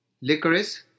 Licorice